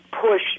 push